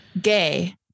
gay